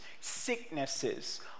sicknesses